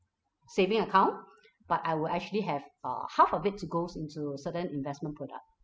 saving account but I will actually have uh half of it to goes into certain investment product